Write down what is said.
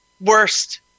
worst